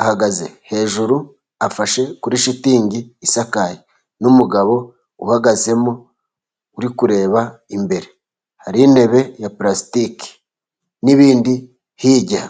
ahagaze hejuru afashe kuri shitingi isakaye, n'umugabo uhagazemo uri kureba imbere hari intebe ya pulastike n'ibindi hirya.